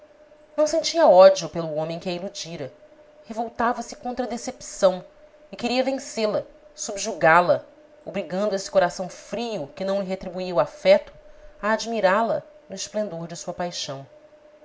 não sentia ódio pelo homem que a iludira revoltava-se contra a decepção e queria vencê-la subjugá la obrigando esse coração frio que não lhe retribuía o afeto a admirá la no esplendor de sua paixão